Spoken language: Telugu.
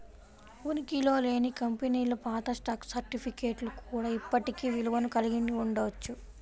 ఉనికిలో లేని కంపెనీల పాత స్టాక్ సర్టిఫికేట్లు కూడా ఇప్పటికీ విలువను కలిగి ఉండవచ్చు